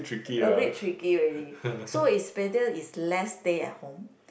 a bit tricky already so is better is less stay at home